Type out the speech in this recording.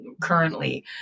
currently